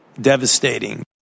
devastating